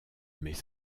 mais